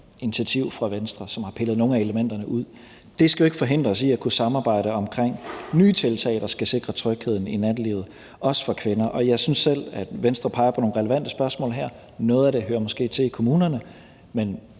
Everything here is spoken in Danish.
initiativ fra Venstre, som har pillet nogle af elementerne ud. Det skal jo ikke forhindre os i at kunne samarbejde om nye tiltag, der skal sikre trygheden i nattelivet, også for kvinder. Jeg synes selv, at Venstre peger på nogle relevante spørgsmål her. Noget af det hører måske til i kommunerne, men